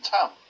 Town